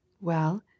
Well